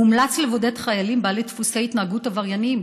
מומלץ לבודד חיילים בעלי דפוסי התנהגות עברייניים".